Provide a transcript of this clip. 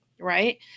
right